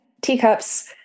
Teacups